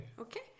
Okay